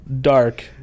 dark